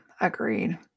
agreed